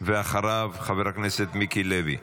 ואחריו, חבר הכנסת מיקי לוי.